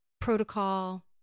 protocol